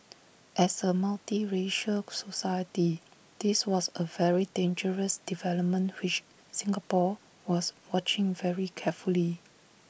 as A multiracial society this was A very dangerous development which Singapore was watching very carefully